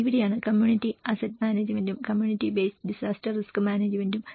ഇവിടെയാണ് community asset മാനേജ്മെന്റും community base disaster risk മാനേജ്മെന്റും